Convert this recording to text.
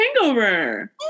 hangover